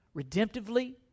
redemptively